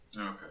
okay